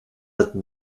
het